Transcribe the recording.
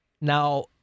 Now